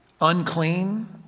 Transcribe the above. unclean